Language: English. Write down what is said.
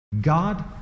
God